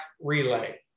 relay